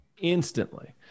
Instantly